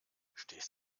stehst